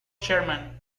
sherman